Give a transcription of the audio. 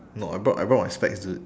no I brought I brought my specs dude